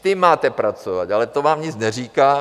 S tím máte pracovat, ale to vám nic neříká.